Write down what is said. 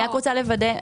אני רק רוצה לוודא,